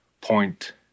point